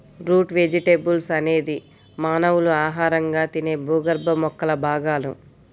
route vegetables అనేది మానవులు ఆహారంగా తినే భూగర్భ మొక్కల భాగాలు